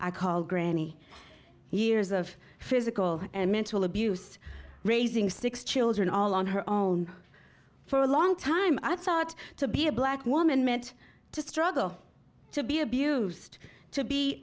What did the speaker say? i call granny years of physical and mental abuse raising six children all on her own for a long time i thought to be a black woman meant to struggle to be abused to be